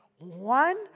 one